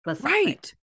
Right